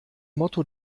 motto